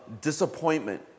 disappointment